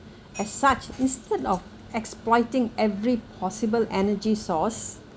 as such instead of exploiting every possible energy source